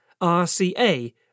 RCA